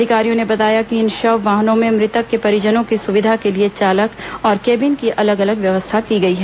अधिकारियों ने बताया कि इन शव वाहनों में मृतक के परिजनों की सुविधा के लिए चालक और केबिन की अलग अलग व्यवस्था की गई है